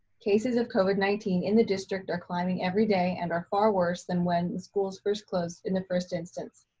cases of covid nineteen in the district are climbing every day and are far worse than when schools first closed closed in the first instance.